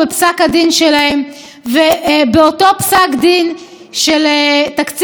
ובאותו פסק דין על תקציב דו-שנתי העלו את